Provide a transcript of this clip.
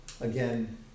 Again